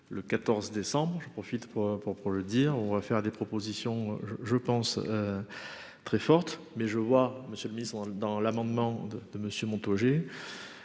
le 14 décembre je profite pour pour pour le dire, on va faire des propositions, je, je pense, très forte, mais je vois Monsieur le Ministre, dans l'amendement de Monsieur Montaugé